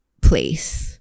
place